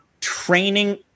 training